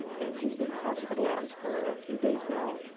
and he's been hospitalized for a few days now.